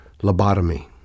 lobotomy